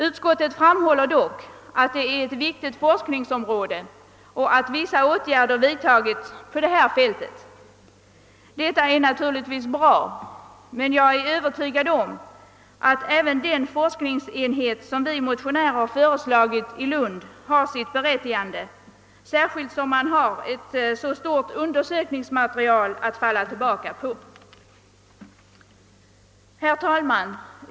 Utskottet framhåller dock att det är ett viktigt forskningsområde och att vissa åtgärder vidtagits på det här fältet. Det är givetvis bra, men jag är övertygad om att även den forskningsenhet som vi motionärer föreslagit i Lund har sitt berättigande, särskilt som man har ett så stort undersökningsmaterial att falla tillbaka på. Herr talman!